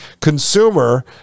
consumer